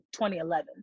2011